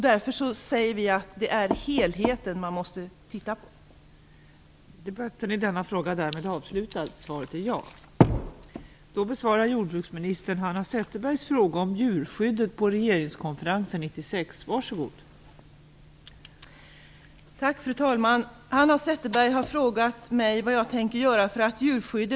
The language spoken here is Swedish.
Därför säger vi att man måste titta på helheten.